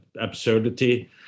absurdity